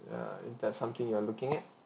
uh if that's something you are looking at